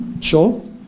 Sure